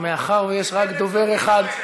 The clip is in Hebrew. מאחר שיש רק דובר אחד,